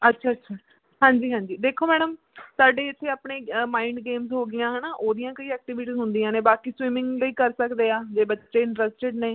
ਅੱਛਾ ਅੱਛਾ ਹਾਂਜੀ ਹਾਂਜੀ ਦੇਖੋ ਮੈਡਮ ਸਾਡੇ ਇੱਥੇ ਆਪਣੇ ਮਾਈਂਡ ਗੇਮਜ਼ ਹੋ ਗਈਆਂ ਹੈ ਨਾ ਉਹਦੀਆਂ ਕਈ ਐਕਟੀਵੀਟੀਜ ਹੁੰਦੀਆਂ ਨੇ ਬਾਕੀ ਸਵੀਮਿੰਗ ਲਈ ਕਰ ਸਕਦੇ ਆ ਜੇ ਬੱਚੇ ਇੰਟਰਸਟਡ ਨੇ